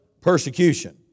persecution